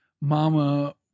mama